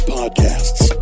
podcasts